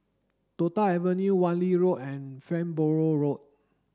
Toh Tuck Avenue Wan Lee Road and Farnborough Road